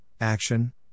action